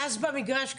ואז במגרש כדורסל,